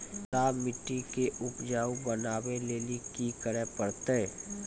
खराब मिट्टी के उपजाऊ बनावे लेली की करे परतै?